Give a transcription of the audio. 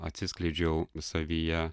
atsiskleidžiau savyje